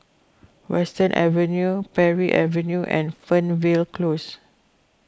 Western Avenue Parry Avenue and Fernvale Close